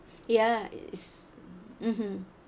ya it is mmhmm